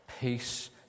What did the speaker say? peace